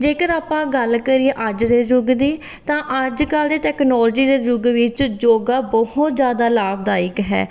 ਜੇਕਰ ਆਪਾਂ ਗੱਲ ਕਰੀਏ ਅੱਜ ਦੇ ਯੁੱਗ ਦੀ ਤਾਂ ਅੱਜ ਕੱਲ੍ਹ ਦੇ ਟੈਕਨੋਲੋਜੀ ਦੇ ਯੁੱਗ ਵਿੱਚ ਯੋਗਾ ਬਹੁਤ ਜ਼ਿਆਦਾ ਲਾਭਦਾਇਕ ਹੈ